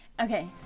okay